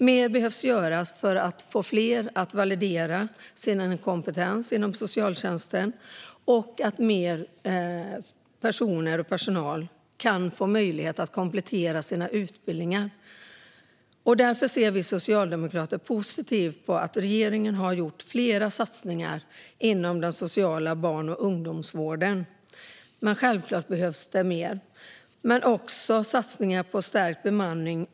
Mer behöver göras för att få fler att validera sin kompetens inom socialtjänsten, och mer personal bör få möjlighet att komplettera sina utbildningar. Därför ser vi socialdemokrater positivt på att regeringen har gjort flera satsningar inom den sociala barn och ungdomsvården, men självklart behöver mer göras. Det har också gjorts satsningar på stärkt bemanning.